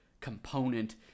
component